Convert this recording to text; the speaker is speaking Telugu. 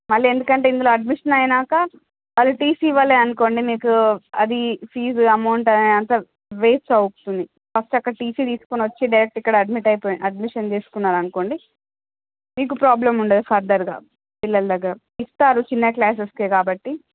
మళ్ళీ ఎందుకంటే ఇందులో అడ్మిషన్ అయినాక మళ్ళీ టీసీ ఇవ్వలే అనుకొండి మీకు అది ఫీజ్ అమౌంట్ అంతా వేస్ట్ అవుతుంది ఫస్ట్ అక్కడ టీసీ తీసుకొని వచ్చి డైరెక్ట్ ఇక్కడ అడ్మిట్ అయిపోయి అడ్మిషన్ తీసుకున్నరనుకోండి మీకు ప్రాబ్లెమ్ ఉండదు ఫరధర్గా పిల్లలు దగ్గర ఇస్తారు చిన్న క్లాస్కే కాబట్టి